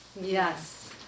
Yes